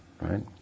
right